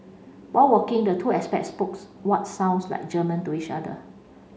while walking the two expats spokes what sounds like German to each other